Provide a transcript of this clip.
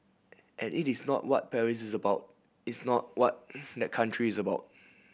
and it is not what Paris is about it's not what the country is about